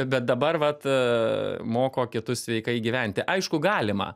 bet dabar vat moko kitus sveikai gyventi aišku galima